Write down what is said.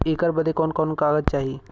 ऐकर बदे कवन कवन कागज चाही?